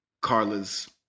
Carla's